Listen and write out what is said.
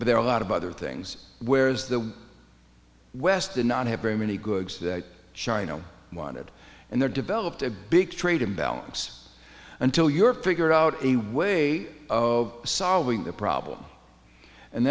but there are a lot of other things whereas the west did not have very many goods that china wanted and there developed a big trade imbalance until your figured out a way of solving the problem and